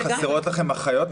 חסרות לכם אחיות,